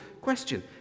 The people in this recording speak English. question